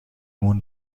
مون